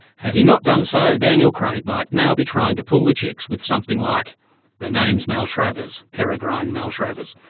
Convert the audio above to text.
had he not done so daniel craig might now be trying to pull the chicks with something like the name's maltravers, peregrine maltravers.